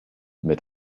mit